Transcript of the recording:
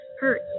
Hurt